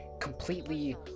completely